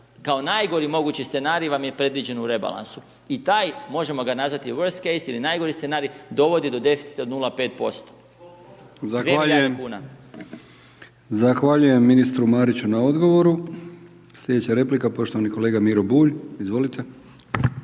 kao najgori mogući scenarij, vam je predviđen u rebalansu, i taj, možemo ga nazvati worst case ili najgori scenarij, dovodi do deficita od 0,5%. **Brkić, Milijan (HDZ)** Zahvaljujem ministru Mariću na odgovoru. Sljedeća replika poštovani kolega Miro Bulj. Izvolite.